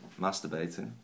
masturbating